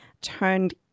turned